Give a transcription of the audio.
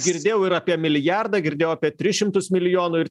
girdėjau ir apie milijardą girdėjau apie tris šimtus milijonų ir